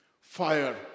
fire